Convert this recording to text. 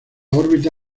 órbita